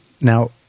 Now